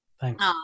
Thanks